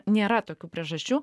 nėra tokių priežasčių